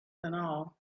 banal